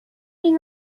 این